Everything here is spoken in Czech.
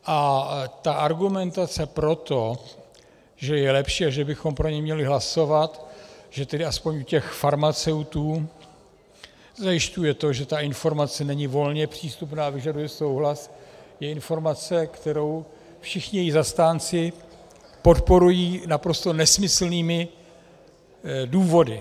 A argumentace pro to, že je lepší a že bychom pro něj měli hlasovat, že tedy aspoň u těch farmaceutů zajišťuje to, že ta informace není volně přístupná, vyžaduje souhlas, je informace, kterou všichni její zastánci podporují naprosto nesmyslnými důvody.